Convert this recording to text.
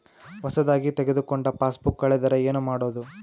ಹೊಸದಾಗಿ ತೆಗೆದುಕೊಂಡ ಪಾಸ್ಬುಕ್ ಕಳೆದರೆ ಏನು ಮಾಡೋದು?